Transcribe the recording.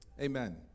Amen